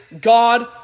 God